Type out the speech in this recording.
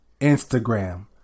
Instagram